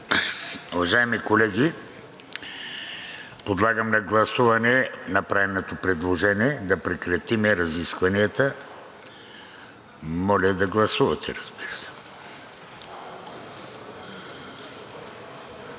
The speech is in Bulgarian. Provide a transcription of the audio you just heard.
Уважаеми колеги, подлагам на гласуване направеното предложение да прекратим разискванията. Гласували 220